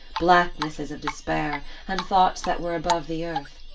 blacknesses of despair, and thoughts that were above the earth.